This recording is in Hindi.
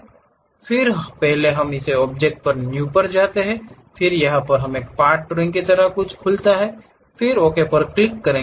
फिर पहले हम इस ऑब्जेक्ट न्यू पर जाते हैं फिर यह एक पार्ट ड्राइंग की तरह कुछ खोलता है फिर ओके पर क्लिक करें